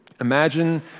imagine